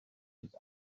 bydd